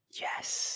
Yes